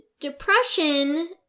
Depression